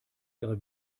ihrer